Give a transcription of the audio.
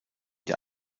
der